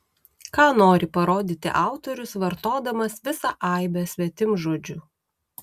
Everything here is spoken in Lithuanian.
ką nori parodyti autorius vartodamas visą aibę svetimžodžių